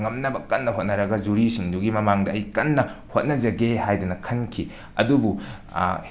ꯉꯝꯅꯕ ꯀꯟꯅ ꯍꯣꯠꯅꯔꯒ ꯖꯨꯔꯤꯁꯤꯡꯗꯨꯒꯤ ꯃꯃꯥꯡꯗ ꯑꯩ ꯀꯟꯅ ꯍꯣꯠꯅꯖꯒꯦ ꯍꯥꯏꯗꯅ ꯈꯟꯈꯤ ꯑꯗꯨꯕꯨ